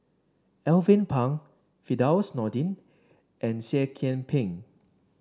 Alvin Pang Firdaus Nordin and Seah Kian Peng